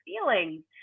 feelings